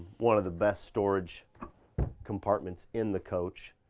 one of the best storage compartments in the coach.